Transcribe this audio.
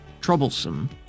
troublesome